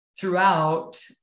throughout